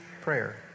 prayer